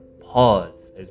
pause